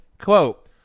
Quote